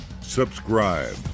subscribe